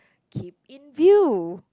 keep in view